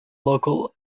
local